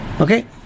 okay